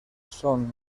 són